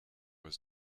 was